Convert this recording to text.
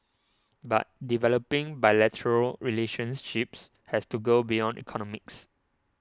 but developing bilateral relationships has to go beyond economics